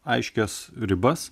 aiškias ribas